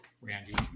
Randy